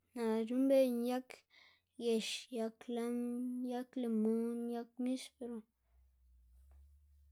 Naꞌ c̲h̲uꞌnnbeyná yag yex, yag lim, yag limun, yag mispero.